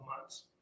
months